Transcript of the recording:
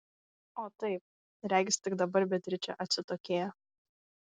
o taip regis tik dabar beatričė atsitokėjo